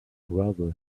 gravel